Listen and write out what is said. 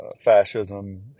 fascism